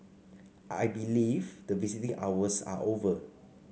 I believe that visiting hours are over